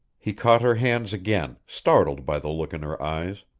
he caught her hands again, startled by the look in her eyes.